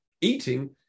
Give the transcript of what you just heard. eating